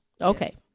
Okay